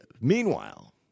Meanwhile